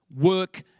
work